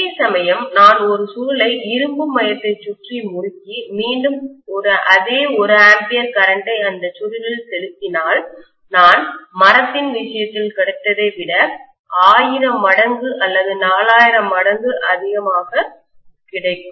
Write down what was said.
அதேசமயம் நான் ஒரு சுருளை இரும்பு மையத்தை சுற்றி முறுக்கி மீண்டும் அதே 1 ஆம்பியர் கரண்ட்டை அந்த சுருளில் செலுத்தினாள் நான் மரத்தின் விஷயத்தில் கிடைத்ததை விட 1000 மடங்கு அல்லது 4000 மடங்கு அதிகமாக கிடைக்கும்